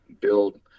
build